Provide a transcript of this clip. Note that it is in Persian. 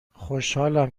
خوشحالم